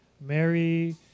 Mary